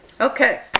Okay